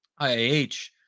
IAH